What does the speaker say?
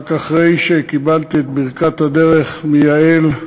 רק אחרי שקיבלתי את ברכת הדרך מיעל,